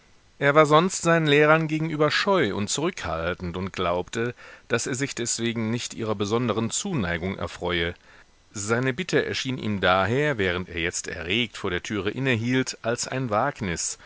er war sonst seinen lehrern gegenüber scheu und zurückhaltend und glaubte daß er sich deswegen nicht ihrer besonderen zuneigung erfreue seine bitte erschien ihm daher während er jetzt erregt vor der türe innehielt als ein wagnis